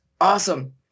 awesome